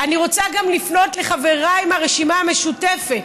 אני רוצה גם לפנות לחבריי מהרשימה המשותפת.